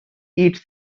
its